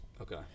okay